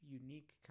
unique